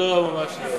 לא, ממש לא.